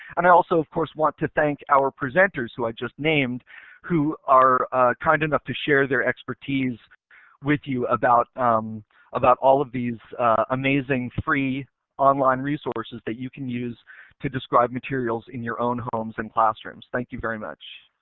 and i also of course want to thank our presenters, who i just named who are kind enough to share their expertise with you about about all of these amazing free online resources that you can use to describe materials in your own homes and classrooms. thank you very much.